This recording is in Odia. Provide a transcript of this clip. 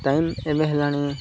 ଟାଇମ୍ ଏବେ ହେଲାଣି